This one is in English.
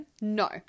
No